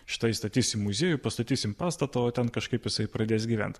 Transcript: štai statysim muziejų pastatysim pastatą o ten kažkaip jisai pradės gyvent